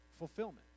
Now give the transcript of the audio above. Fulfillment